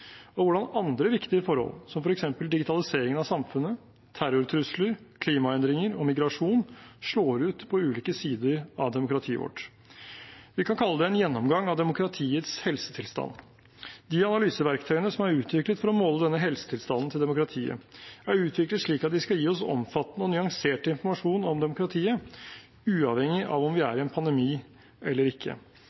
og hvordan andre viktige forhold, som f.eks. digitalisering av samfunnet, terrortrusler, klimaendringer og migrasjon, slår ut på ulike sider av demokratiet vårt. Vi kan kalle det en gjennomgang av demokratiets helsetilstand. De analyseverktøyene som er utviklet for å måle denne helsetilstanden til demokratiet, er utviklet slik at de skal gi oss omfattende og nyansert informasjon om demokratiet – uavhengig av om vi er i en pandemi eller ikke.